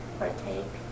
partake